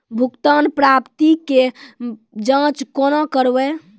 भुगतान प्राप्ति के जाँच कूना करवै?